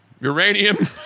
uranium